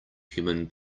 human